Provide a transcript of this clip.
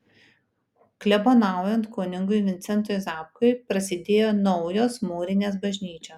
klebonaujant kunigui vincentui zapkui prasidėjo naujos mūrinės bažnyčios